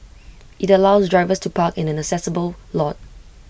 IT allows drivers to park in an accessible lot